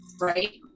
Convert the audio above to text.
Right